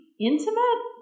intimate